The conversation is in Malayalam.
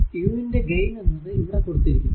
u ന്റെ ഗൈൻ എന്നത് ഇവിടെ കൊടുക്കുന്നു